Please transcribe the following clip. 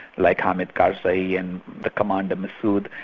like hamid karzai, yeah and the commander masoud,